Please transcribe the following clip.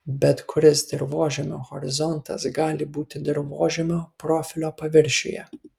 bet kuris dirvožemio horizontas gali būti dirvožemio profilio paviršiuje